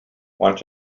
want